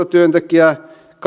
työntekijää